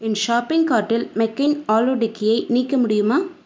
என் shopping கார்ட்டில் மெக்கின் ஆலு டிக்கியை நீக்க முடியுமா